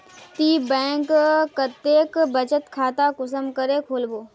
ती बैंक कतेक बचत खाता कुंसम करे खोलबो?